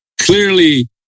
Clearly